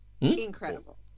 incredible